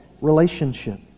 relationship